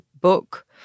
book